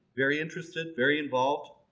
very interested, very involved.